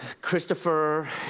Christopher